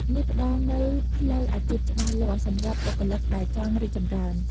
នេះផ្ដល់នូវផ្លូវអាជីពច្បាស់លាស់សម្រាប់បុគ្គលិកដែលចង់រីកចម្រើន។